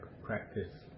Practice